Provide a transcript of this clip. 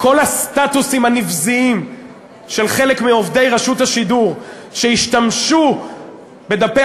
כל הסטטוסים הנבזיים של חלק מעובדי רשות השידור שהשתמשו בדפי